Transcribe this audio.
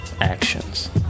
actions